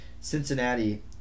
Cincinnati